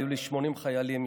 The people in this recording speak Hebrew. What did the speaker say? היו לי 80 חיילים,